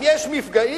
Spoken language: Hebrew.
אם יש מפגעים,